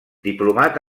diplomat